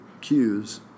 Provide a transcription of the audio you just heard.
cues